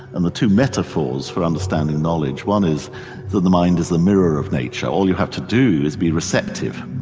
and the two metaphors for understanding knowledge. one is the the mind is the mirror of nature, all you have to do is be receptive.